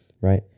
right